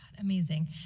Amazing